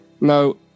no